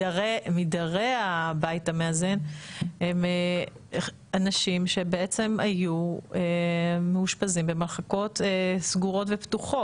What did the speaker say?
מדרי הבית המאזן הם אנשים שבעצם היו מאושפזים במחלקות סגורות ופתוחות.